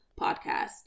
podcast